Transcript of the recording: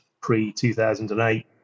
pre-2008